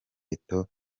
eto’o